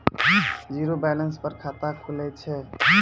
Zero balance पर खाता खुले छै?